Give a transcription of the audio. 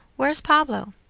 where's pablo?